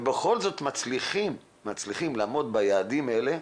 ובכל זאת מצליחים לעמוד ביעדים האלה,